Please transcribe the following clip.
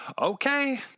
Okay